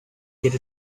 get